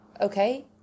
okay